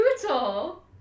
Brutal